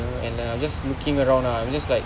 and uh just looking around ah I'm just like